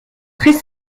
très